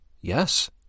Yes